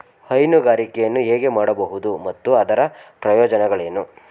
ಹೈನುಗಾರಿಕೆಯನ್ನು ಹೇಗೆ ಮಾಡಬಹುದು ಮತ್ತು ಅದರ ಪ್ರಯೋಜನಗಳೇನು?